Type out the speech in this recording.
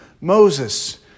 Moses